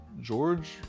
George